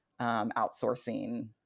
outsourcing